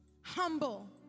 Humble